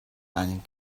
einen